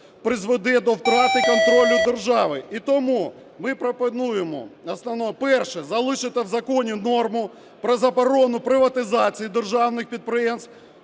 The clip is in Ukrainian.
призведе до втрати контролю держави. І тому ми пропонуємо. Перше. Залишити в законі норму про заборону приватизації державних підприємств